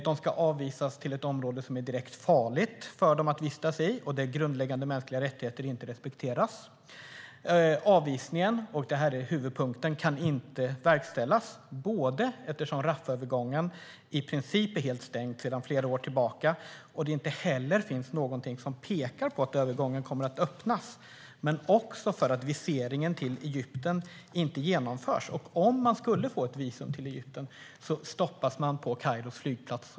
De ska avvisas till ett område som det är direkt farligt för dem att vistas i och där grundläggande mänskliga rättigheter inte respekteras. Huvudpunkten är att avvisningen inte kan verkställas eftersom Rafahövergången i princip är helt stängd sedan flera år tillbaka och det inte heller finns något som pekar på att övergången kommer att öppnas. Viseringen till Egypten genomförs inte heller, och om de skulle få visum till Egypten stoppas de på Kairos flygplats.